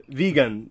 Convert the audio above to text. vegan